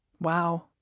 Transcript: Wow